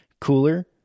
cooler